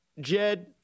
Jed